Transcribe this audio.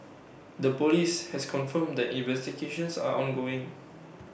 the Police has confirmed the investigations are ongoing